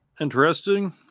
Interesting